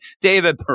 David